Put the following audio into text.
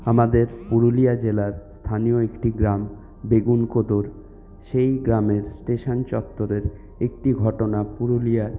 আমাদের পুরুলিয়া জেলার স্থানীয় একটি গ্রাম বেগুনকোদর সেই গ্রামের স্টেশান চত্ত্বরের একটি ঘটনা পুরুলিয়ার